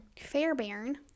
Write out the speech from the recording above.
Fairbairn